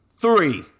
three